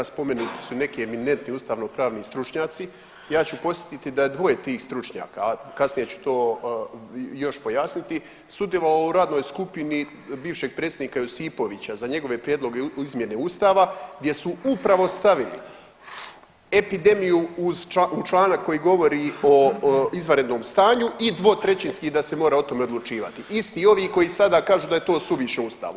Spomenuti su neki eminentni ustavnopravni stručnjaci, ja ću podsjetiti da je dvoje tih stručnjaka, a kasnije ću to još pojasniti sudjelovao u radnoj skupini bivšeg predsjednika Josipovića za njegove prijedlog izmjene Ustava gdje su upravo stavili epidemiju u članak koji govori o izvanrednom stanju i dvotrećinski da se mora o tome odlučivati, isti ovi koji sada kažu da je to suviše u Ustavu.